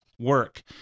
Work